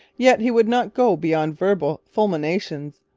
yet he would not go beyond verbal fulminations.